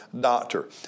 doctor